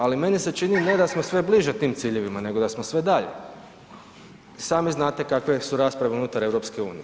Ali meni se čini ne da smo sve bliže tim ciljevima nego da smo sve dalje i sami znate kakve su rasprave unutar EU.